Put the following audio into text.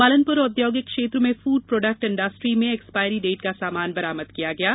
मालनपुर औद्योगिक क्षेत्र में फूड प्राडक्ट इंड्रस्टी में एक्सपायरी डेट का सामान बरामद किया गया है